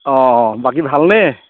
অ অ বাকী ভালনে